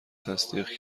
تصدیق